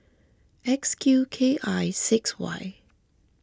X Q K I six Y